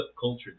culture